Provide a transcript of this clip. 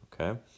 okay